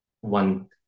one